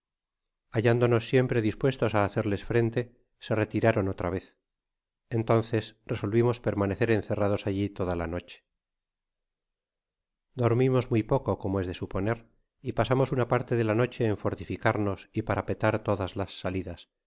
hallándonos siempre dispuestos á hacerles frente se retiran otra vez entonces resolvimos permanecer encerrados alli toda la noche dormimos muy poco como es de suponer y pasamos una parte de la noche en fortificarnos y parapetar todas las salidas